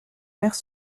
mères